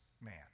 man